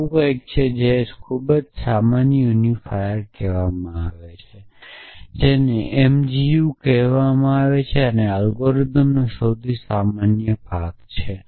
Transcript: અને એવું કંઈક છે જેને ખૂબ જ સામાન્ય યુનિફાયર કહેવામાં આવે છે જેને mgu કહેવામાં આવે છે અને આ એલ્ગોરિધમનો સૌથી સામાન્ય ગણવેશ આપે છે